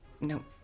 No